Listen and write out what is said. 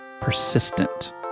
persistent